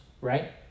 right